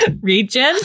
region